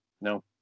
no